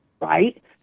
right